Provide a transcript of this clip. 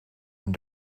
and